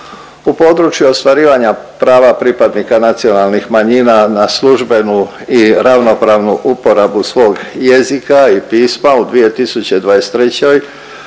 U području ostvarivanja prava pripadnika nacionalnih manjina na službenu i ravnopravnu uporabu svog jezika i pisma u 2023.